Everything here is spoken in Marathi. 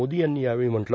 मोदी यांनी यावेळी म्हटलं